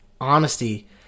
honesty